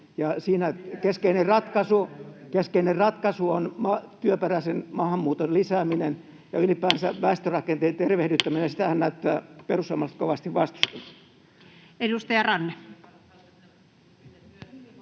keskeinen ratkaisu on työperäisen maahanmuuton lisääminen ja ylipäänsä väestörakenteen tervehdyttäminen, ja sitähän näyttävät perussuomalaiset kovasti vastustavan. [Speech 55]